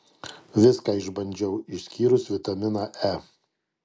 viską išbandžiau išskyrus vitaminą e